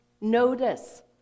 Notice